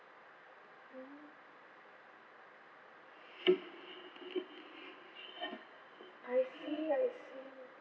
mm I see I see